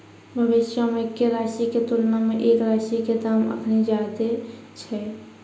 भविष्यो मे एक्के राशि के तुलना मे एक राशि के दाम अखनि ज्यादे छै